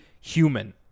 human